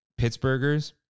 Pittsburghers